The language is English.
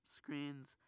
screens